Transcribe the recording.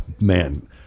Man